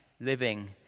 living